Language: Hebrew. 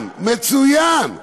מצוין.